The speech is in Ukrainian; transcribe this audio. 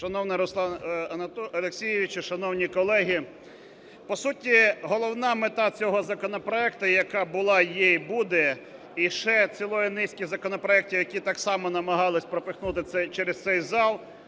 Шановний Руслан Олексійович, шановні колеги, по суті, головна мета цього законопроекту, яка була, є і буде, і ще цілої низки законопроектів, які так само намагались пропихнути через цей зал,